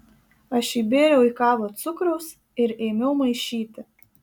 aš įbėriau į kavą cukraus ir ėmiau maišyti